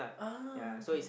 oh okay